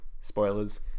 spoilers